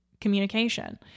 communication